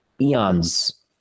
eons